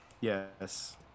Yes